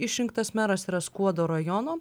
išrinktas meras yra skuodo rajono